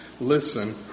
listen